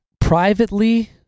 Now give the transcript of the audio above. privately